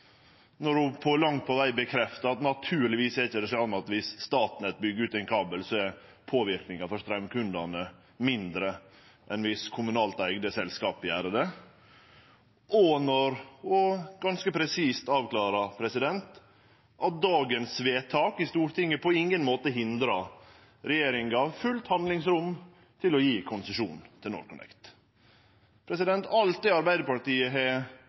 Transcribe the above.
langt på veg bekreftar at det naturlegvis ikkje er slik at viss Statnett byggjer ut ein kabel, så er verknaden for straumkundane mindre enn viss kommunalt eigde selskap gjer det, og ganske presist avklarer at dagens vedtak i Stortinget på ingen måte hindrar regjeringa i å ha fullt handlingsrom til å gi konsesjon til NorthConnect. Alt det Arbeidarpartiet har